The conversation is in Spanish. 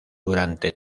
durante